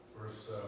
Verse